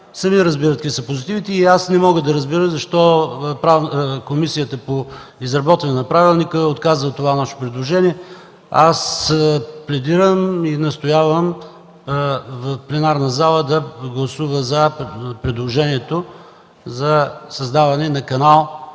сами разбират какви са позитивите. Не мога да разбера защо комисията по изработка на правилника отказва това наше предложение. Пледирам и настоявам пленарната зала да гласува за предложението за създаване на канал